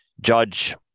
judge